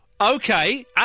Okay